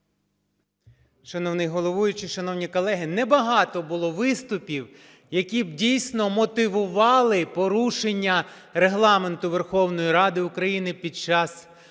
Шановний головуючий, шановні колеги, небагато було виступів, які б дійсно мотивували порушення Регламенту Верховної Ради України під час